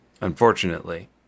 Unfortunately